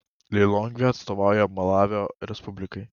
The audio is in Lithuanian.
lilongvė atstovauja malavio respublikai